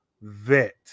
vet